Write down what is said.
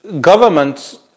governments